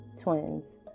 twins